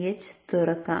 sch തുറക്കാം